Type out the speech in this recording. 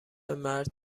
مرد